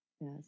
Yes